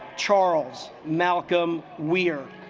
charles malcolm we're